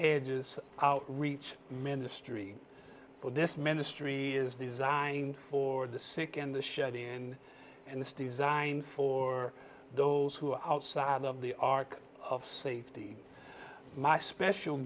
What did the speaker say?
hedges reach ministry but this ministry is designed for the sick and the shut in and this designed for those who are outside of the ark of safety my special